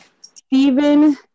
Stephen